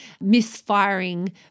misfiring